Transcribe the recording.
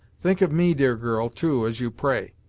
think of me, dear girl, too, as you pray.